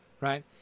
right